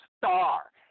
star